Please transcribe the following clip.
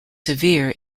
severe